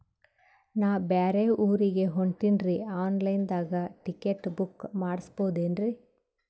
ನಾ ಬ್ಯಾರೆ ಊರಿಗೆ ಹೊಂಟಿನ್ರಿ ಆನ್ ಲೈನ್ ದಾಗ ಟಿಕೆಟ ಬುಕ್ಕ ಮಾಡಸ್ಬೋದೇನ್ರಿ?